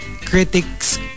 critics